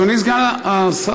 אדוני סגן השר,